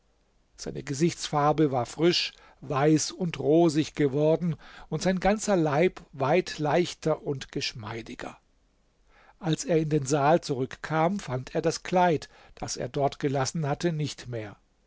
seine gesichtsfarbe war frisch weiß und rosig geworden und sein ganzer leib weit leichter und geschmeidiger als er in den saal zurückkam fand er das kleid das er dort gelassen hatte nicht mehr